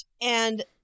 And-